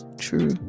True